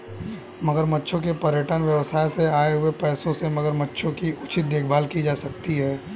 मगरमच्छों के पर्यटन व्यवसाय से आए हुए पैसों से मगरमच्छों की उचित देखभाल की जा सकती है